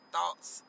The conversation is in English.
thoughts